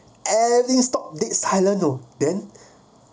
any stopped dead silent lor then